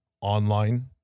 Online